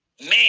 man